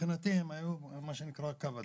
מבחינתי הם היו קו אדום,